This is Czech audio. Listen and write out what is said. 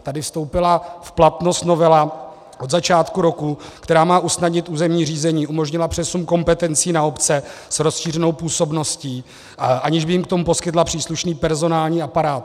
Tady vstoupila v platnost novela od začátku roku, která má usnadnit územní řízení, umožnila přesun kompetencí na obce s rozšířenou působností, aniž by jim k tomu poskytla příslušný personální aparát.